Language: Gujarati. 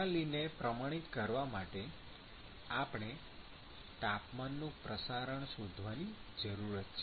પ્રણાલીને પ્રમાણિત કરવા માટે આપણે તાપમાનનું પ્રસારણ શોધવાની જરૂરત છે